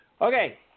Okay